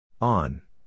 On